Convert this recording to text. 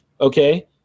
Okay